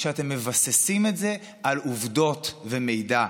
שאתם מבססים את זה על עובדות ומידע.